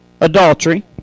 adultery